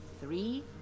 Three